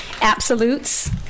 absolutes